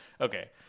Okay